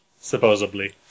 supposedly